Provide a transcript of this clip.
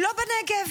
לא בנגב.